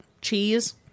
Cheese